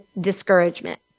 discouragement